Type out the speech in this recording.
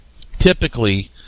typically